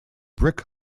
brick